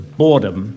boredom